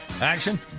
action